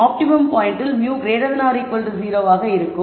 optimum பாயிண்ட்டில் μ 0 ஆக இருக்கும்